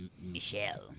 Michelle